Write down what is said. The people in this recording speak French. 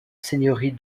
seigneurie